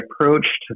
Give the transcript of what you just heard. approached